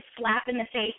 slap-in-the-face